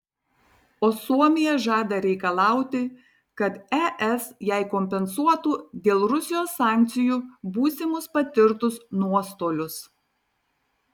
o suomija žada reikalauti kad es jai kompensuotų dėl rusijos sankcijų būsimus patirtus nuostolius